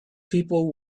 people